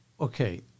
Okay